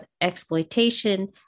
exploitation